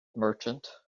merchant